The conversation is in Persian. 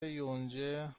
یونجه